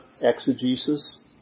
exegesis